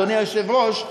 אדוני היושב-ראש,